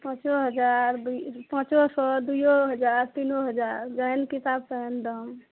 पाँचो हजार दुइ पाँचो सओ दुइयो हजार तीनो हजार जेहेन किताब तेहेन दाम